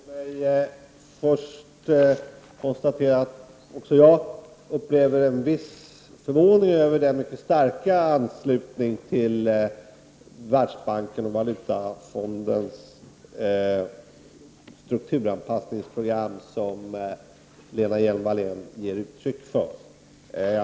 Fru talman! Låt mig först konstatera att även jag upplever en viss förvåning över den mycket starka anslutning till Världsbankens och Valutafondens strukturanpassningsprogram som Lena Hjelm-Wallén ger uttryck för.